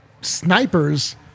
snipers